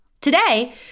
Today